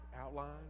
Outline